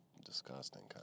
Disgusting